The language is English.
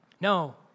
No